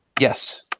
Yes